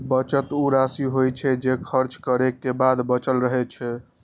बचत ऊ राशि होइ छै, जे खर्च करै के बाद बचल रहै छै